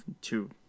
two